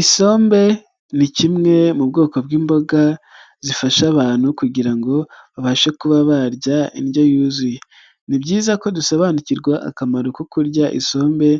Isombe ni kimwe mu bwoko bw'imboga, zifasha abantu kugira ngo babashe kuba barya indyo yuzuye. Ni byiza ko dusobanukirwa akamaro ko kurya isombe